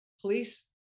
police